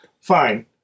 fine